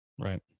right